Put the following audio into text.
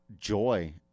joy